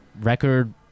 record